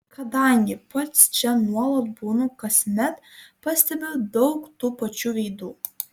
kadangi pats čia nuolat būnu kasmet pastebiu daug tų pačių veidų